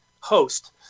host